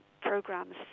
programs